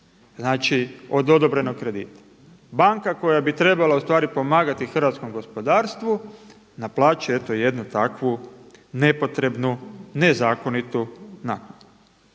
znači od odobrenog kredita. Banka koja bi trebala u stvari pomagati hrvatskom gospodarstvu naplaćuje eto jednu takvu nepotrebnu nezakonitu naknadu.